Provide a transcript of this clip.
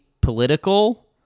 political